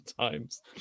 times